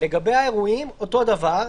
לגבי האירועים אותו דבר.